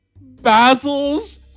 Basil's